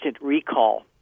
recall